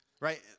right